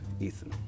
Ethan